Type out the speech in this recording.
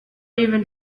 even